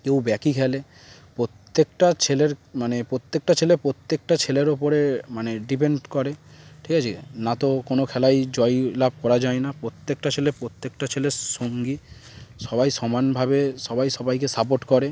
কেউ ব্যাকই খেলে প্রত্যেকটা ছেলের মানে প্রত্যেকটা ছেলে প্রত্যেকটা ছেলের ওপরে মানে ডিপেন্ড করে ঠিক আছে না তো কোনো খেলায় জয় লাভ করা যায় না প্রত্যেকটা ছেলে প্রত্যেকটা ছেলের সঙ্গী সবাই সমানভাবে সবাই সবাইকে সাপোর্ট করে